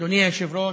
אדוני היושב-ראש,